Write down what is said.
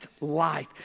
life